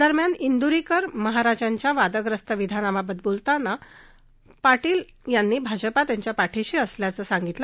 दरम्यान इंदुरीकर महाराजांच्या वादग्रस्त विधानाबद्दल बोलताना पाटील यांनी भाजपा त्यांच्या पाठिशी असल्याचं सांगितलं